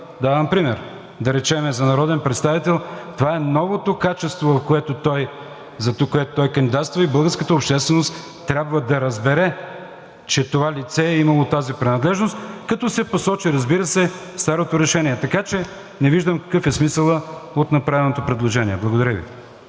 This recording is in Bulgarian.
давам пример, да речем за народен представител – това е новото качество, за което той кандидатства, и българската общественост трябва да разбере, че това лице е имало тази принадлежност, като се посочи, разбира се, старото решение. Така че не виждам какъв е смисълът от направеното предложение. Благодаря Ви.